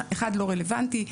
אחד לא רלוונטי.